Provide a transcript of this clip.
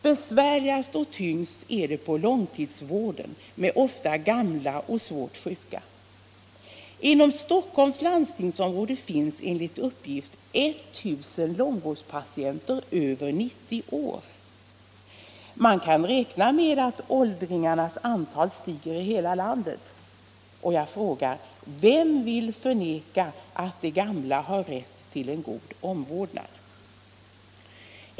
Besvärligast och tyngst är det inom långtidsvården med ofta gamla och svårt sjuka patienter. Inom Stockholms landstingsområde finns enligt uppgift 1000 långvårdspatienter över 90 år. Man kan räkna med att åldringarnas antal stiger i hela landet, och jag frågar: Vem vill förneka att de gamla har rätt till en god omvårdnad?